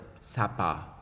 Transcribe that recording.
Sapa